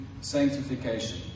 sanctification